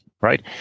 right